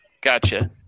Gotcha